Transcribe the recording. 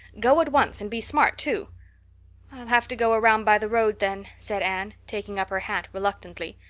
go at once and be smart too. i'll have to go around by the road, then, said anne, taking up her hat reluctantly.